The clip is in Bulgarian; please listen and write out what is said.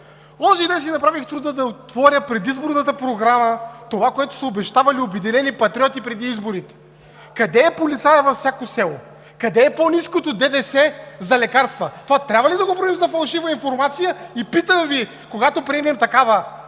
Това трябва ли да го броим за фалшива информация? И питам Ви – когато приемем такава